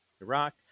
Iraq